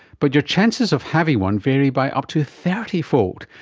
but your chances of having one vary by up to thirty fold,